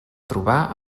trobà